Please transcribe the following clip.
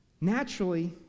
Naturally